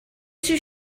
too